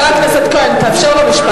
השר כהן, תאפשר לו משפט